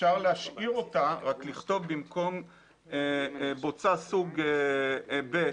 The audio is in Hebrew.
אפשר להשאיר אותה אבל לכתוב במקום בוצה סוג ב'